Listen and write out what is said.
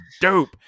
dope